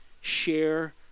share